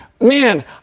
man